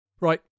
Right